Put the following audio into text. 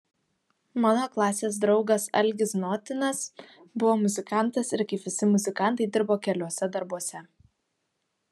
mano klasės draugas algis znotinas buvo muzikantas ir kaip visi muzikantai dirbo keliuose darbuose